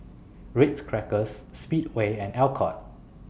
Ritz Crackers Speedway and Alcott